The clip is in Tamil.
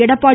எடப்பாடி